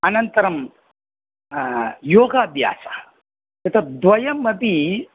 अनन्तरं योगाभ्यासः एतत् द्वयम् अपि